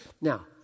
Now